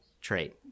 trait